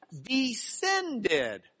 descended